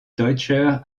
deutscher